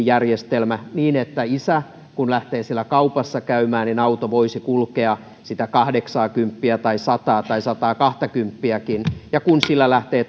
järjestelmä niin että kun isä lähtee siellä kaupassa käymään auto voisi kulkea sitä kahdeksaakymppiä tai sataa tai sataakahtakymppiäkin ja kun sillä lähtee